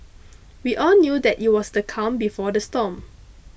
we all knew that it was the calm before the storm